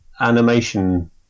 Animation